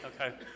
Okay